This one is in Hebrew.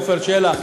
עפר שלח,